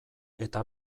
eta